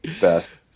best